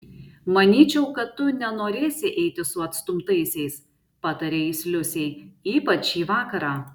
manyčiau kad tu nenorėsi eiti su atstumtaisiais patarė jis liusei ypač šį vakarą